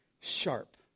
sharp